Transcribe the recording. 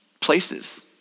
Places